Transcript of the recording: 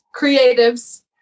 creatives